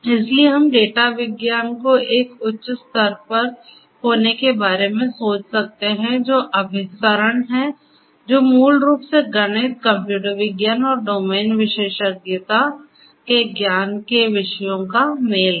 इसलिए हम डेटा विज्ञान को एक उच्च स्तर पर होने के बारे में सोच सकते हैं जो अभिसरण है जो मूल रूप से गणित कंप्यूटर विज्ञान और डोमेन विशेषज्ञता से ज्ञान के विषयों का मेल है